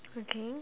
okay